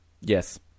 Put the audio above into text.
Yes